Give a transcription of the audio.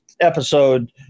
episode